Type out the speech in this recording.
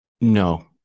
No